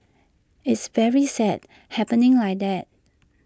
it's very sad happening like that